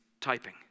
typing